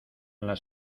las